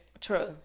True